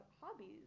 hobbies